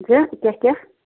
کیٛاہ تۅہہِ کیٛاہ